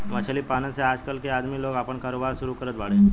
मछली पालन से आजकल के आदमी लोग आपन कारोबार शुरू करत बाड़े